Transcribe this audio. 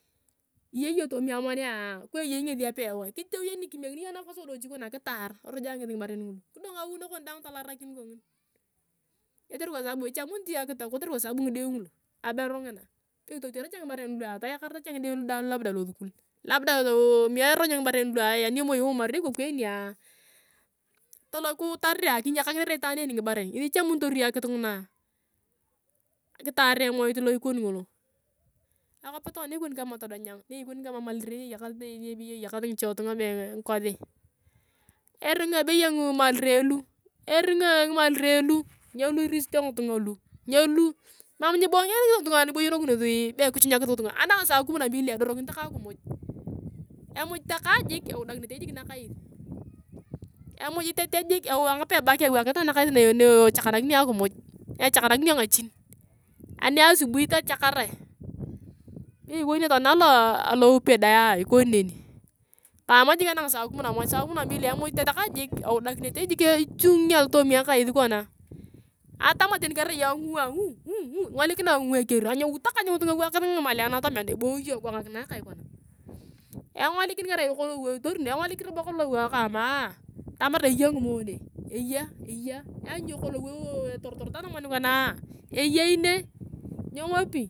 Iyei iyong toomi amonoa, kwa eyei ngesi epewe, kiteu iyong anikimiekinea iyong napas wadiochichi kona kitaar, toruja ngesi ngibarea ngulu. kidong awi nakom tolarakin kongina, kotere kwa sabu i hamunit iyong akiut kotere kwa sabu ngide ngulu, aberu ngina, be totuar cha ngibaren ika toyakarete ngide lu clao labda losukul, labda kime erony ngibarea lua, animoi lumario ikokouenia, kiutarerea tobuwakinere itaan en ngibaren, ngesi ichamunitor iyong akiut ngina, kitaarea emoit lo ikoni ngolo. akoo tokona na ikoni kama todonyang, na ikoni marile na eyakasi, nabe eyakasi ngiche tunga be ngikosi, ering beyo ngimarile lu, ering ngimarile lu, nyelu iristo ngitunga lu, emam nyiboyonokinosi ngitunga be kichungakis ngitunga, anang saa kumi na mbili edorokim takae akimuj, emuj takae jikeudakinetei jik nakai emuj tete jik ngapebakia iwakinatae nakais na echakanakio akimuj, naechakakinio ngachin. Ani asubuhi tochakarae, be ikonio tokona alouope dae ikonio neni. kaama jik anang saa kumi na moja, saa kumi na mbili emuj tete ka jik eudakinetei, echunguio alootomi ngakais koni, atama tani kereai angu, ngu! Ngu! Ngu! Kingolikinae angu elosi anyout takae jik ngitunga ewakis ngimalea natomean iboyio, egongakinakae kona. engolikin kerai kolowo. itorouni, engolikin robo kolowo kaama, tamarae eya ngimoe ne, eyaa, eyaa, eany iyong kolowo kaama, tamarae eya ngimoe ne, eyaa, eany iyong kolowo etorotoroy anamoni konaa eyei ne nyengapi.